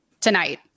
tonight